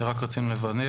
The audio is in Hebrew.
רק רצינו לוודא